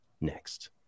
next